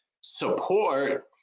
support